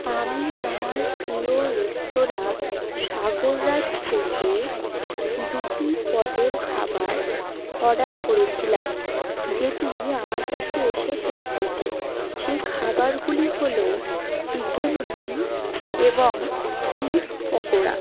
আমি আমার প্রিয় রেস্তোরাঁ সাগররাজ থেকে দুটি পদের খাবার অর্ডার করেছিলাম যেটি আমার কাছে এসে পৌঁছেছে সেই খাবারগুলি হল চিকেন উয়িংস এবং ফিস পকোড়া